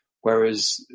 Whereas